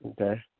Okay